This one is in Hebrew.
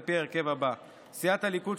על פי ההרכב הבא: סיעת הליכוד,